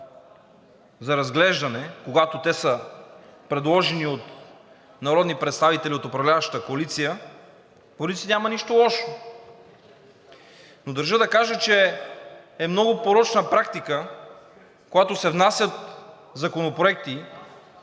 порядък, когато те са предложени от народни представители от управляващата коалиция, няма нищо лошо. Но държа да кажа, че е много порочна практика, когато се внасят законопроекти